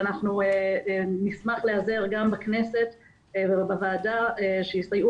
ואנחנו נשמח להיעזר גם בכנסת ובוועדה שיסייעו